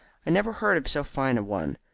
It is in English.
i never heard of so fine a one.